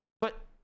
but-